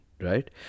right